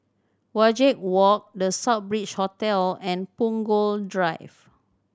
Wajek Walk The Southbridge Hotel and Punggol Drive